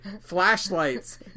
flashlights